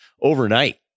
overnight